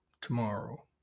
tomorrow